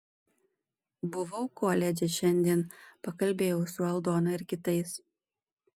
buvau koledže šiandien pakalbėjau su aldona ir kitais